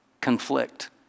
conflict